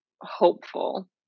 hopeful